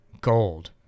gold